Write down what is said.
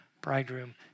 bridegroom